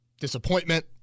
disappointment